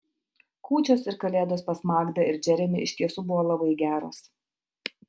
kūčios ir kalėdos pas magdą ir džeremį iš tiesų buvo labai geros